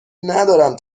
ندارم